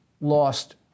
lost